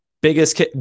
biggest